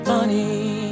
Funny